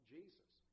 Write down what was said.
Jesus